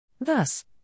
Thus